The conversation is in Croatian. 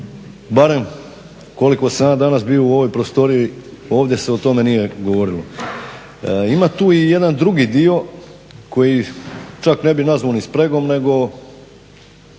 barem kolik sam ja danas bio u ovoj prostoriji ovdje se o tome nije govorilo. Ima tu i jedan drugi dio, koji čak ne bi nazvao ni spregom nego,